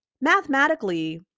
Mathematically